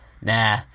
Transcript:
nah